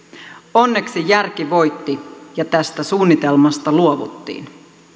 onneksi järki voitti ja tästä suunnitelmasta luovuttiin